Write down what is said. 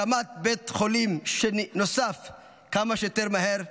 הקמת בית חולים נוסף כמה שיותר מהר,